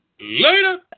Later